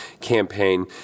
campaign